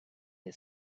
her